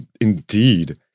indeed